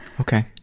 Okay